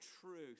truth